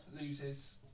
loses